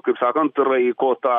kaip sakant raiko tą